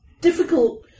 difficult